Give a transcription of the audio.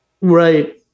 Right